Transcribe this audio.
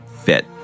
Fit